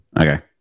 Okay